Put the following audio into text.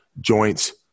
joints